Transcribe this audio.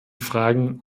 fragen